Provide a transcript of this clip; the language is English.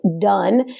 done